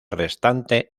restante